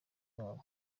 wabo